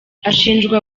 ashinjwa